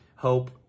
hope